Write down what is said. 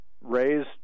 raise